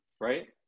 right